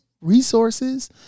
resources